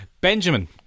Benjamin